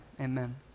Amen